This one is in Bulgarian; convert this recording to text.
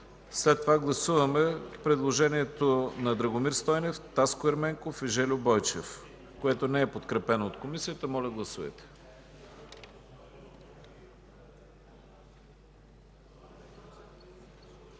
прието. Гласуваме предложението на Драгомир Стойнев, Таско Еременков и Жельо Бойчев, което не е подкрепено от Комисията. Моля, гласувайте.